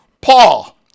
Paul